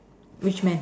which man